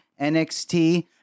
NXT